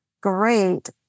great